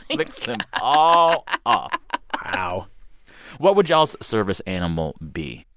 flicks them all off wow what would y'all's service animal be?